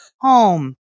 home